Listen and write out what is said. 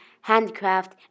handcraft